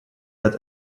that